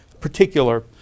particular